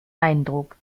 eindruck